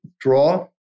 draw